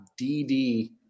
DD